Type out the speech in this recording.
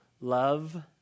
love